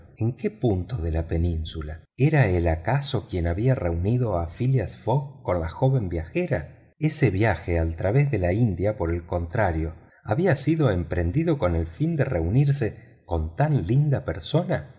en qué punto de la península era él acaso quien había reunido a phileas fogg con la joven viajera ese viaje al través de la india por el contrario había sido emprendido con el fin de reunirse con tan linda persona